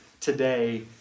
today